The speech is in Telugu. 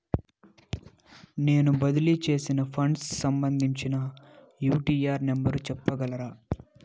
నేను బదిలీ సేసిన ఫండ్స్ సంబంధించిన యూ.టీ.ఆర్ నెంబర్ సెప్పగలరా